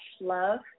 love